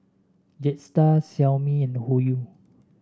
Jetstar Xiaomi and Hoyu